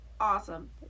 awesome